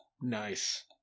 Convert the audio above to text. Nice